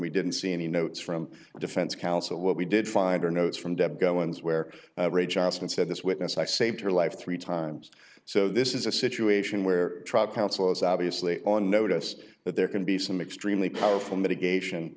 we didn't see any notes from the defense counsel what we did find her notes from deb go in where ray johnson said this witness i saved her life three times so this is a situation where counsel is obviously on notice that there can be some extremely powerful mitigation